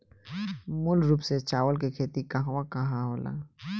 मूल रूप से चावल के खेती कहवा कहा होला?